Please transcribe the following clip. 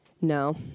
no